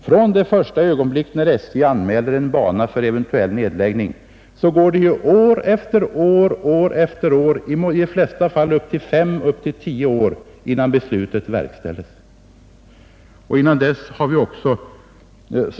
Från det första ögonblick när SJ anmäler en bana för eventuell nedläggning går det år efter år, i de flesta fall från fem upp till tio år, innan beslutet verkställs.